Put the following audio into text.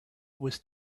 was